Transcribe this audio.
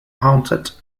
haunted